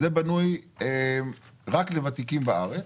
זה בנוי רק לוותיקים בארץ.